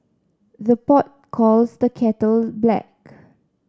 the pot calls the kettle black